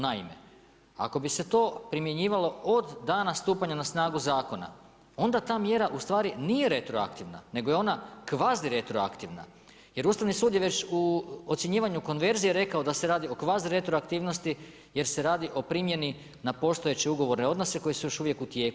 Naime, ako bi se to primjenjivalo od dana stupanja na snagu zakona, onda ta mjera u stvari nije retroaktivna, nego je ona kvazi retroaktivna jer Ustavni sud je već u ocjenjivanju konverzije rekao da se radi o kvazi retroaktivnosti jer se radi o primjeni na postojeće ugovorne odnose koji su još uvijek u tijeku.